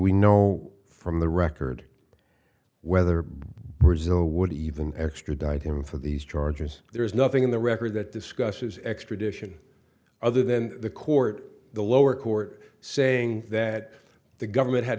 we know from the record whether brazil would even extradite him for these charges there is nothing in the record that discusses extradition other than the court the lower court saying that the government had